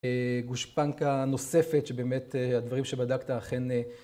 גושפנקה נוספת שבאמת הדברים שבדקת אכן